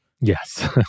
Yes